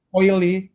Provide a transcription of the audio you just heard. oily